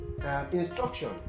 Instruction